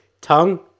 tongue